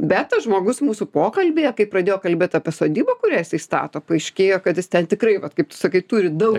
bet tas žmogus mūsų pokalbyje kai pradėjo kalbėt apie sodybą kurią jisai stato paaiškėjo kad jis ten tikrai vat kaip tu sakai turi daug